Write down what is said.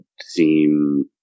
seem